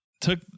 took